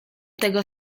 tego